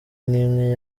n’imwe